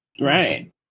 right